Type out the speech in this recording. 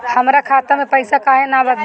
हमरा खाता में पइसा काहे ना आवत बा?